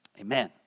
Amen